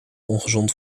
ongezond